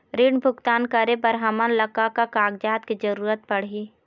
ऋण भुगतान करे बर हमन ला का का कागजात के जरूरत पड़ही?